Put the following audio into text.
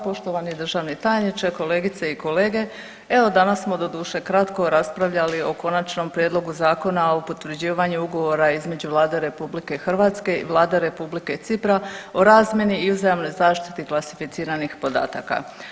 Poštovani državni tajniče, kolegice i kolege evo danas smo doduše kratko raspravljali o Konačnom prijedlogu Zakona o potvrđivanju Ugovora između Vlade RH i Vlade Republike Cipra o razmjeni i uzajamnoj zaštiti klasificiranih podataka.